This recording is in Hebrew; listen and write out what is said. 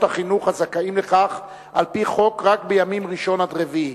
החינוך הזכאים לכך על-פי חוק רק בימים ראשון עד רביעי.